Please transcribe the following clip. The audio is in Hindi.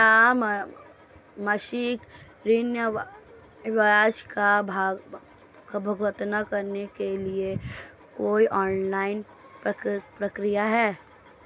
क्या मासिक ऋण ब्याज का भुगतान करने के लिए कोई ऑनलाइन प्रक्रिया है?